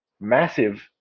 massive